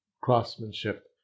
craftsmanship